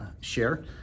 share